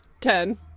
Ten